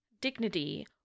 dignity